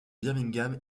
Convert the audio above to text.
birmingham